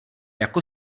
jako